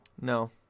No